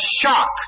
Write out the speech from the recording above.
shock